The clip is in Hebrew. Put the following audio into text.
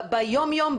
ביום-יום,